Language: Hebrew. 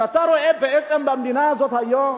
כשאתה רואה במדינה הזאת היום,